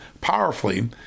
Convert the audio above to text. powerfully